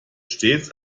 stets